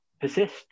persist